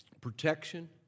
protection